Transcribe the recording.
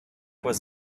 was